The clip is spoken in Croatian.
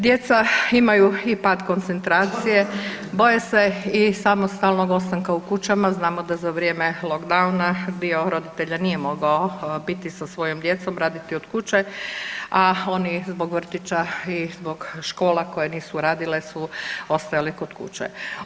Djeca imaju i pad koncentracije, boje se i samostalnog ostanka u kućama, znamo da za vrijeme lockdowna dio roditelja nije mogao biti sa svojom djecom, raditi od kuće, a oni zbog vrtića i zbog škola koje nisu radile su ostajali kod kuće.